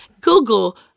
Google